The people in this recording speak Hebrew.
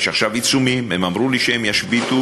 יש עכשיו עיצומים, הם אמרו לי שהם ישביתו.